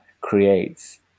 creates